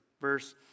Verse